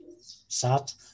sat